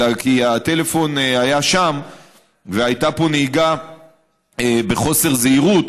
אלא כי הטלפון היה שם והייתה פה נהיגה בחוסר זהירות,